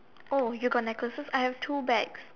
you got necklaces I have two bags